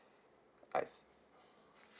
I see